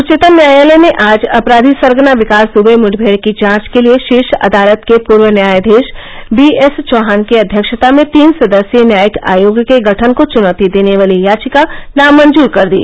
उच्चतम न्यायालय ने आज अपराधी सरगना विकास द्वे मुठभेड़ की जांच के लिए शीर्ष अदालत के पूर्व न्यायाधीश बी एस चौहान की अध्यक्षता में तीन सदस्यीय न्यायिक आयोग के गठन को चुनौती देने वाली याचिका नामंजूर कर दी